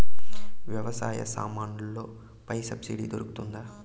వ్యవసాయ సామాన్లలో పై సబ్సిడి దొరుకుతుందా?